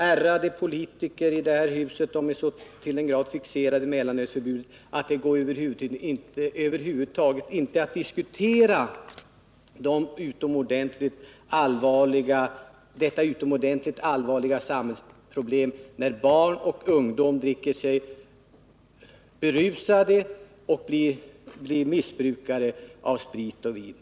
Ärade politiker i det här huset är så till den grad fixerade vid mellanölsförbudet att det över huvud taget inte går att diskutera det utomordentligt allvarliga samhällsproblem som tar sig uttryck i att barn och ungdom dricker sig berusade och blir missbrukare av sprit och vin.